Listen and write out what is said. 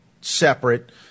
separate